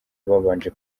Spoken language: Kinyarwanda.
babanje